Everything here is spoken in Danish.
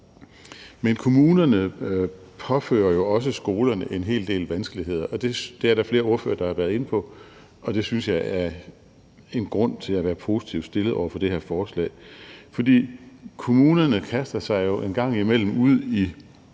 Men kommunerne påfører jo også skolerne en hel del vanskeligheder. Det er der flere ordførere der har været inde på, og det synes jeg er en grund til at være positivt stillet over for det her forslag. For kommunerne kaster sig jo engang imellem ud i